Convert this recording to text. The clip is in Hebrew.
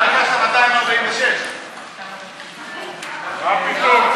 אתה ביקשת על 246. מה פתאום.